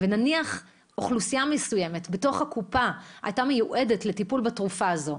ונניח שאוכלוסייה מסוימת בתוך הקופה הייתה מיועדת לטיפול בתרופה הזו,